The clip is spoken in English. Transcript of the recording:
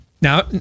now